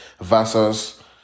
versus